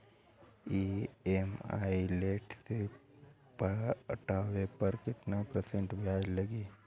EMI late से पटावे पर कितना परसेंट ब्याज लगी?